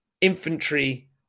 infantry